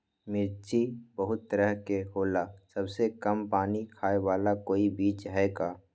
मिर्ची बहुत तरह के होला सबसे कम पानी खाए वाला कोई बीज है का?